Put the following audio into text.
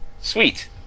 Sweet